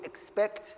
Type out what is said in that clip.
expect